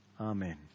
Amen